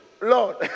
Lord